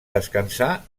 descansar